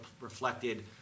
reflected